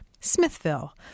Smithville